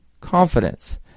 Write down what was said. confidence